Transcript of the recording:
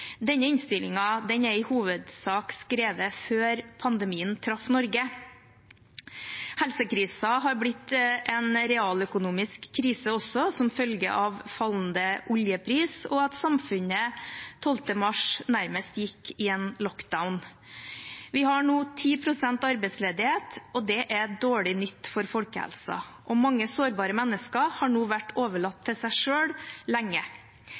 er i hovedsak skrevet før pandemien traff Norge. Helsekrisen har blitt en realøkonomisk krise også som følge av fallende oljepris og at samfunnet 12. mars nærmest gikk i en «lockdown». Vi har nå 10 pst. arbeidsledighet. Det er dårlig nytt for folkehelsa, og mange sårbare mennesker har nå vært overlatt til seg selv lenge.